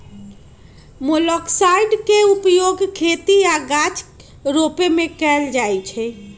मोलॉक्साइड्स के उपयोग खेती आऽ गाछ रोपे में कएल जाइ छइ